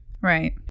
right